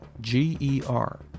G-E-R